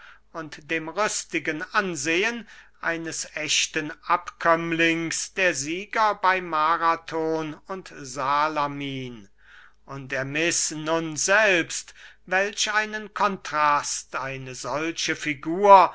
und dem rüstigen ansehen eines echten abkömmlings der sieger bey marathon und salamine und ermiß nun selbst welch einen kontrast eine solche figur